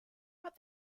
but